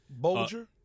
Bolger